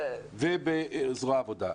ובזרוע העבודה.